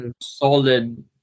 solid